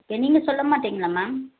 ஏன் நீங்கள் சொல்ல மாட்டீங்களா மேம்